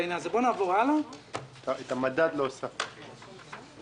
את המדד לא הוספתם.